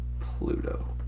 Pluto